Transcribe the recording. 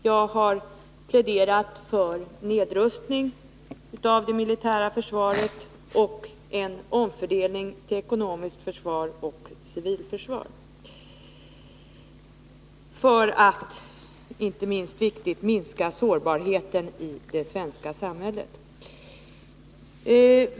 Jag har pläderat för nedrustning av det militära försvaret och en omfördelning till ekonomiskt försvar och civilförsvar, för att — och det är inte minst viktigt — minska sårbarheten i det svenska samhället.